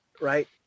right